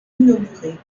inauguré